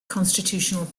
constitutional